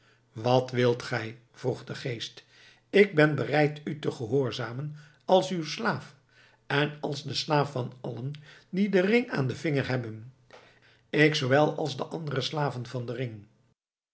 wat wilt gij vroeg de geest ik ben bereid u te gehoorzamen als uw slaaf en als de slaaf van allen die den ring aan den vinger hebben ik zoowel als de andere slaven van den ring